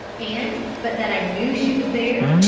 and, but that i knew she was there,